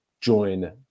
join